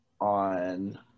on